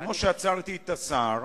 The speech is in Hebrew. כמו שעצרתי את השר,